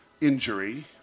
injury